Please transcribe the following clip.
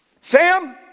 Sam